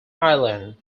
island